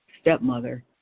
stepmother